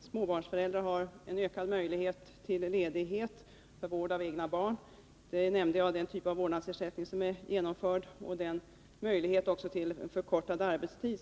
småbarnsföräldrar fått ökad möjlighet till ledighet för vård av egna barn. Det är den typ av vårdersättning som är genomförd. Det har också genomförts möjlighet till förkortad arbetstid.